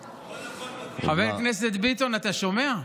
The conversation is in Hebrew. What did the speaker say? חבר הכנסת ביטון, אתה שומע?